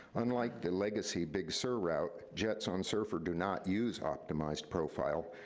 unlike the legacy big sur route, jets on serfr do not used optimized profile,